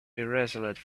irresolute